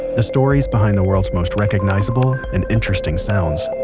the stories behind the world's most recognizable and interesting sounds.